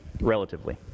relatively